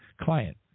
client